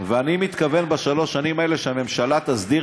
ואני מתכוון בשלוש השנים הללו שהממשלה תסדיר